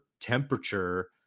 temperature